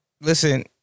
Listen